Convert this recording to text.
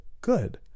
good